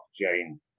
Jane